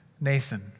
Nathan